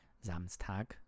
samstag